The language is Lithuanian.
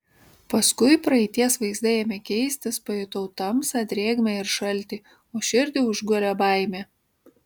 paskui praeities vaizdai ėmė keistis pajutau tamsą drėgmę ir šaltį o širdį užgulė baimė